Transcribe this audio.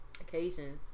occasions